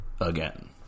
again